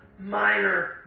minor